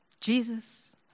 Jesus